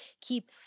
keep